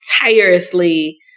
tirelessly